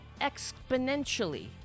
exponentially